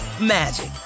magic